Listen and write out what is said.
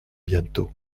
bientôt